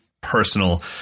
personal